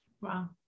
Wow